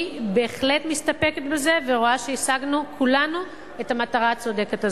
אני בהחלט מסתפקת בזה ורואה שהשגנו כולנו את המטרה הצודקת הזאת.